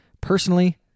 Personally